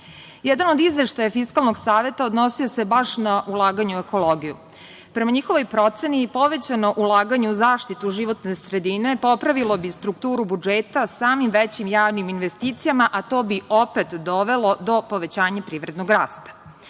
od izveštaja Fiskalnog saveta odnosio se baš na ulaganje u ekologiju. Prema njihovoj proceni, povećano ulaganje u zaštitu životne sredine popravilo bi strukturu budžeta samim većim javnim investicijama, a to bi opet dovelo do povećanja privrednog rasta. Zbog